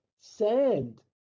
sand